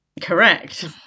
Correct